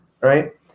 Right